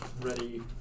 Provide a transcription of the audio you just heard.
ready